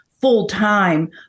full-time